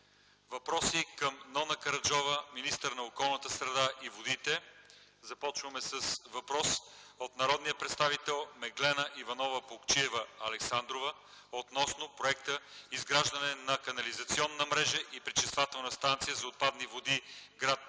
Въпроси към Нона Караджова – министър на околната среда и водите. Започваме с въпрос от народния представител Меглена Иванова Плугчиева-Александрова относно проекта „Изграждане на канализационна мрежа и пречиствателна станция за отпадни води гр. Сливо